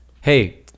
Hey